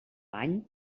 any